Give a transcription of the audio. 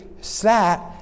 sat